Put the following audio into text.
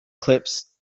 clips